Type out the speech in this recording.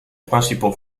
principaux